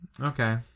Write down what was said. Okay